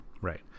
right